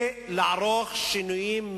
בדיוק לאן הממשלה שלך